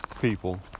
people